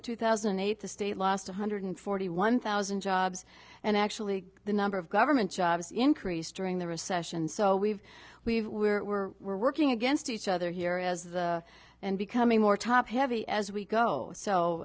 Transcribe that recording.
of two thousand and eight the state lost one hundred forty one thousand jobs and actually the number of government jobs increased during the recession so we've we've were we're working against each other here as the and becoming more top heavy as we go so